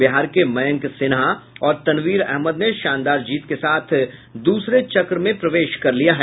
बिहार के मयंक सिन्हा और तनवीर अहमद ने शानदार जीत के साथ दूसरे चक्र में प्रवेश कर लिया है